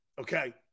Okay